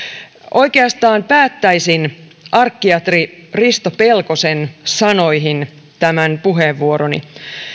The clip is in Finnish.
oikeastaan päättäisin arkkiatri risto pelkosen sanoihin tämän puheenvuoroni